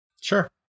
Sure